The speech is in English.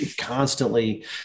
constantly